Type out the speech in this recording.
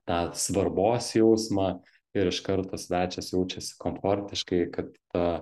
tą svarbos jausmą ir iš karto svečias jaučiasi komfortiškai kad ta